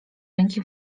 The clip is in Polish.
ręki